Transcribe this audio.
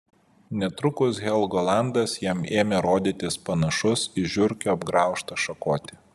netrukus helgolandas jam ėmė rodytis panašus į žiurkių apgraužtą šakotį